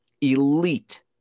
Elite